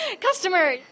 Customer